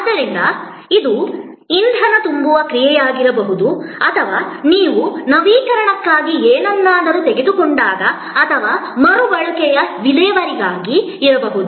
ಆದ್ದರಿಂದ ಇದು ಇಂಧನ ತುಂಬುವ ಕ್ರಿಯೆಯಾಗಿರಬಹುದು ಅಥವಾ ನೀವು ನವೀಕರಣಕ್ಕಾಗಿ ಏನನ್ನಾದರೂ ತೆಗೆದುಕೊಂಡಾಗ ಅಥವಾ ಮರುಬಳಕೆಯ ವಿಲೇವಾರಿಗಾಗಿ ಇರಬಹುದು